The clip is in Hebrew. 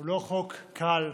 הוא לא חוק קל,